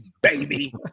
baby